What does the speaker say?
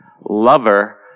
lover